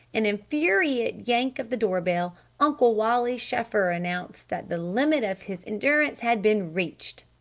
an infuriate yank of the door-bell, uncle wally's chauffeur announced that the limit of his endurance had been reached.